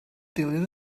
dilyn